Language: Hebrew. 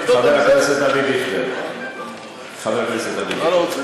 אדוני היושב-ראש, שנייה.